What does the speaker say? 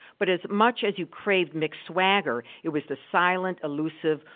but as much as you craved mick's swagger, it was the silent, elusive,